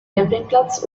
campingplatz